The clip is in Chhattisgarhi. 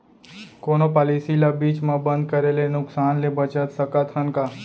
कोनो पॉलिसी ला बीच मा बंद करे ले नुकसान से बचत सकत हन का?